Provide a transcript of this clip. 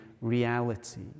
reality